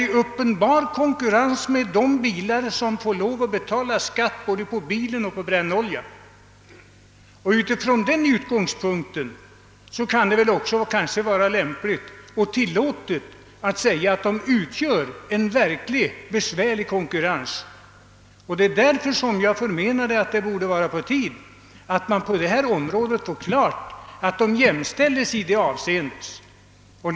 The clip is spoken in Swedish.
Dessa konkurrerar med de bilar för vilka ägarna måste betala skatt. De måste även betala skatt på brännoljan. Det kanske därför kan tillåtas mig att säga att de faktiskt utgör en mycket besvärande konkurrens. Det är på tiden att traktorerna jämställes med andra bilar.